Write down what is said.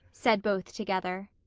said both together.